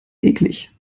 eklig